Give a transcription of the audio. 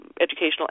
educational